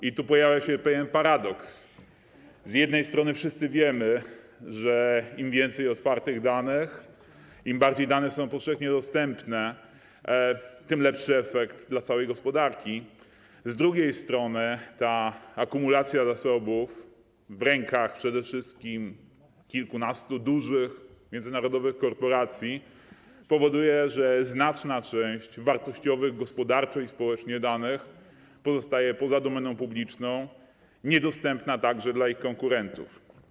I tu pojawia się pewien paradoks: z jednej strony wszyscy wiemy, że im więcej otwartych danych, im bardziej dane są powszechnie dostępne, tym lepszy efekt dla całej gospodarki, z drugiej strony ta akumulacja zasobów w rękach przede wszystkim kilkunastu dużych, międzynarodowych korporacji powoduje, że znaczna część wartościowych gospodarczo i społecznie danych pozostaje poza domeną publiczną, niedostępna także dla ich konkurentów.